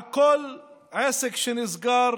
על כל עסק שנסגר